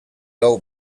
old